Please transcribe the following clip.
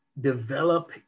develop